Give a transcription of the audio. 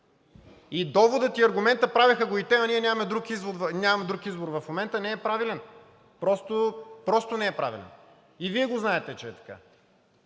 И доводът, и аргументът „правеха го и те, а ние нямаме друг избор в момента“ не е правилен. Просто не е правилен и Вие знаете, че е така.